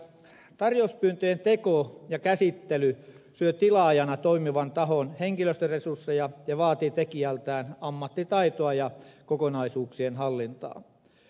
tarjouspyyntöjen teko ja käsittely syö tilaajana toimivan tahon henkilöstöresursseja ja vaatii tekijältään ammattitaitoa ja kokonaisuuksien hallintaa